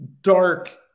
dark